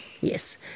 Yes